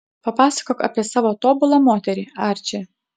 papasakok apie savo tobulą moterį arči